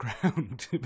ground